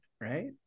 right